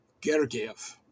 Gergiev